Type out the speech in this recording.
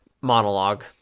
monologue